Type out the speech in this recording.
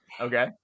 Okay